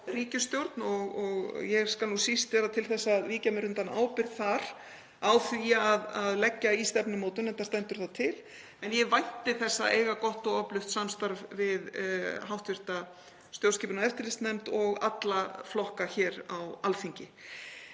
ríkisstjórn, og ég skal síst vera til þess að víkja mér undan ábyrgð á því að leggja í stefnumótun, enda stendur það til. En ég vænti þess að eiga gott og öflugt samstarf við hv. stjórnskipunar- og eftirlitsnefnd og alla flokka hér á Alþingi.